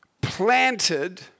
planted